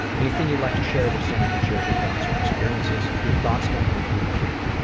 anything you'd like to share with someone who shares your thoughts or experiences? your thoughts don't make you a creep.